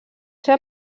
ser